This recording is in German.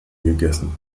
gegessen